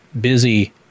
busy